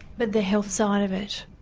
but the health side of it?